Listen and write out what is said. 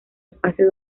espacio